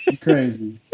crazy